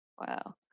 wow